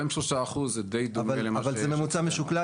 43% זה די דומה למה --- אבל זה ממוצע משוקלל.